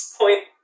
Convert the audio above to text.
point